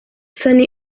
sunny